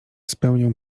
spełnią